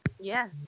Yes